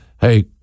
Hey